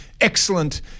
excellent